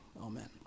amen